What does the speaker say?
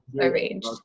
arranged